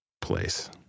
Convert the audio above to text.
place